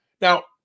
Now